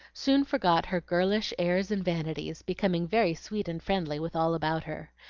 soon forgot her girlish airs and vanities, becoming very sweet and friendly with all about her.